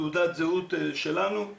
תעודת הזהות שלנו.